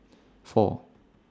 four